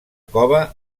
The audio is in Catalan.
cova